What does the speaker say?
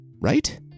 Right